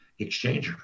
exchanger